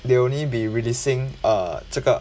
they only be releasing uh 这个